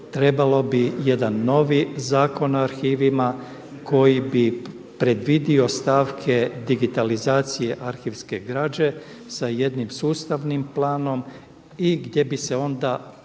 trebalo bi jedan novi Zakon o arhivima koji bi predvidio stavke digitalizacije arhivske građe sa jednim sustavnim planom i gdje bi se onda